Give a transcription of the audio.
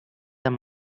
amb